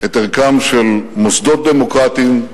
את ערכם של מוסדות דמוקרטיים,